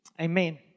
Amen